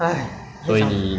没有完全没有